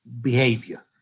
behavior